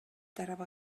тарабы